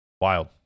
Wild